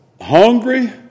hungry